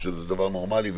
זה נורמלי ומקובל.